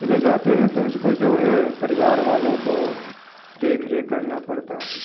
चले जाते हैं तो उसको जो है परिवार वालों को देख रेख करना पड़ता है